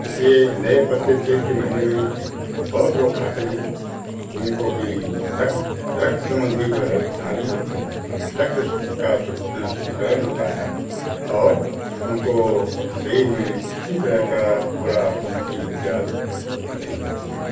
इसलिए नए पत्ते चैत के महीने में बहुत लोग खाते हैं जिनको की रक्त रक्त संबंधी जो है बीमारी होती है रक्त शुद्धि का सु शुद्धिकरण होता है और उनको शरीर में किसी तरह का फोड़ा फुंसी इत्याद नहीं होते हैं